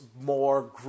more